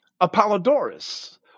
Apollodorus